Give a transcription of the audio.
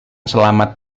selamat